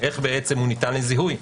איך הוא ניתן לזיהוי?